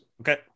Okay